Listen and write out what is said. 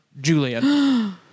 Julian